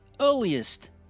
earliest